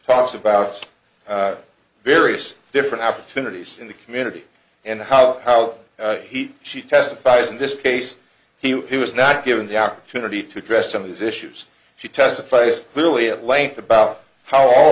talks about various different opportunities in the community and how he she testifies in this case he was not given the opportunity to address some of these issues she testifies clearly at length about how